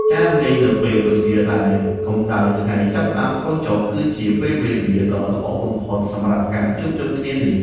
ការលេងនៅពេលរសៀលដែលកម្តៅថ្ងៃចាប់ផ្ដើមថយចុះ គឺជាពេលវេលាដ៏ល្អបំផុតសម្រាប់ការជួបជុំគ្នានេះ។